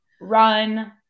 run